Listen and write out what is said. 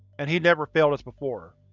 and he never failed us before.